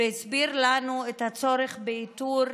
והסביר לנו את הצורך באיתור